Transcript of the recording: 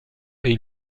est